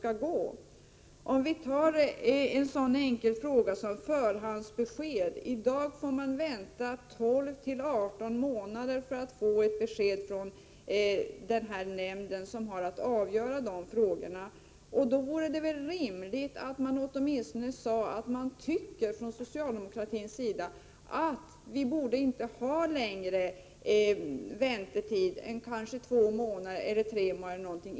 Jag kan som exempel nämna en så enkel fråga som förhandsbesked. I dag får man vänta 12-18 månader för att få besked från den nämnd som har att avgöra dessa frågor. Då vore det väl rimligt om socialdemokraterna åtminstone sade att väntetiderna inte borde vara längre än två eller tre månader.